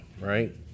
right